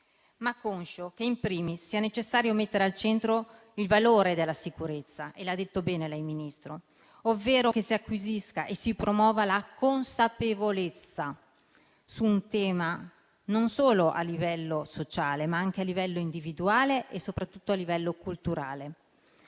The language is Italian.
ma conscio che *in primis* sia necessario mettere al centro il valore della sicurezza - come ha detto bene lei, Ministro - ovvero che si acquisisca e si promuova la consapevolezza su un tema a livello non solo sociale, ma anche individuale e, soprattutto, culturale;